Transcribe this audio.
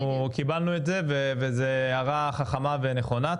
אנחנו קיבלנו את זה וזו הערה חכמה ונכונה,